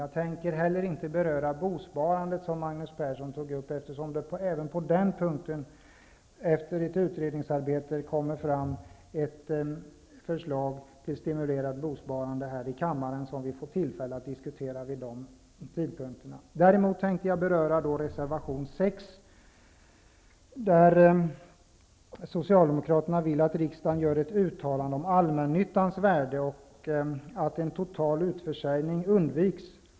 Jag tänker inte heller beröra bosparandet som Magnus Persson tog upp, eftersom det även på den punkten efter ett utredningsarbete kommer att läggas fram ett förslag till stimulerat bosparande som vi får tillfälle att diskutera då. Däremot vill jag kommentera reservation 6, enligt vilken Socialdemokraterna vill att riksdagen skall göra ett uttalande om allmännyttans värde och att en total utförsäljning undviks.